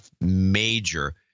major